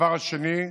הדבר השני,